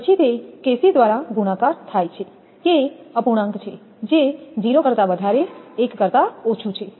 પછી તે kc દ્વારા ગુણાકાર થાય છે k અપૂર્ણાંક છે જે 0 કરતા વધારે 1 કરતા ઓછું છે